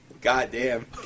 Goddamn